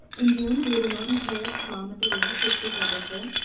in june, we had a night in paris prom at the reef, which was wonderful.